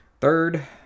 Third